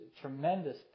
tremendous